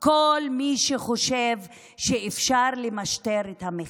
כל מי שחושב שאפשר למשטר את המחאה.